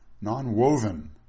non-woven